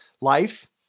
life